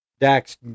Dax